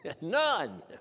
None